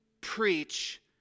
preach